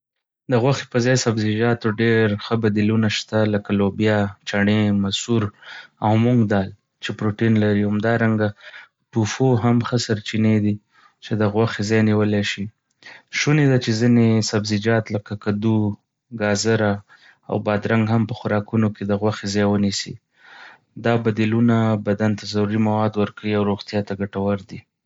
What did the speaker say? د غوښې پر ځای سبزيجاتو ډېر ښه بديلونه شته. لکه لوبیا، چنے، مسور، او مونګ چې پروټين لري. همدارنګه، توفو او تیمپې هم ښه سرچينې دي چې د غوښې ځای نيولی شي. شونې ده چې ځینې سبزيجات لکه کدو، ګاځره، او بادرنګ هم په خوراکونو کې د غوښې ځای ونیسي. دا بديلونه بدن ته ضروري مواد ورکوي او روغتيا ته ګټور دي.